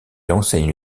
enseigne